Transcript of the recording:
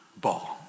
ball